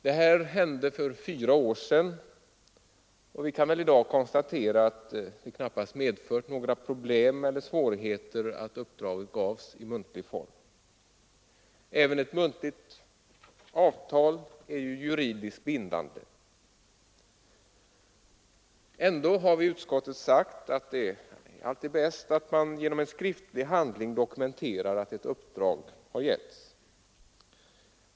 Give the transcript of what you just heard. Detta hände för fyra år sedan och vi kan i dag konstatera att det knappast medförde några problem eller svårigheter att uppdraget gavs i muntlig form. Även ett muntligt avtal är juridiskt bindande. Ändå har vi i utskottet sagt att det alltid är bäst att man genom en skriftlig handling dokumenterar att ett uppdrag har getts.